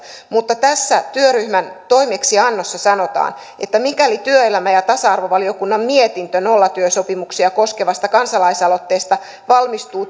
mutta tässä työryhmän toimeksiannossa sanotaan että mikäli työelämä ja tasa arvovaliokunnan mietintö nollatyösopimuksia koskevasta kansalaisaloitteesta valmistuu